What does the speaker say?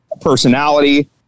personality